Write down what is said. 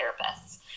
therapists